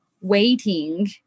waiting